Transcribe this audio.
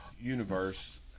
universe